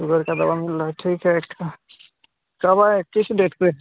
sugar की दवा मिल रही है ठीक है कब आएँ किस डेट पर